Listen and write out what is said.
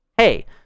Hey